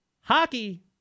Hockey